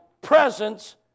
presence